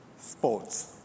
sports